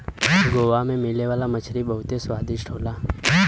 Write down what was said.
गोवा में मिले वाला मछरी बहुते स्वादिष्ट होला